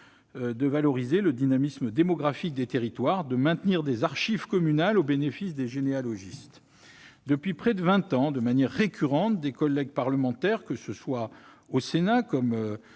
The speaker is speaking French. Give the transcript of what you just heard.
de valoriser le dynamisme démographique des territoires, de maintenir des archives communales au bénéfice des généalogistes. Depuis près de vingt ans, de manière récurrente, des collègues parlementaires- que ce soit au Sénat, avec